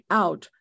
out